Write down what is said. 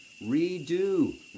redo